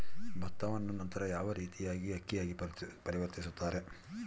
ಭತ್ತವನ್ನ ನಂತರ ಯಾವ ರೇತಿಯಾಗಿ ಅಕ್ಕಿಯಾಗಿ ಪರಿವರ್ತಿಸುತ್ತಾರೆ?